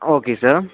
okay sir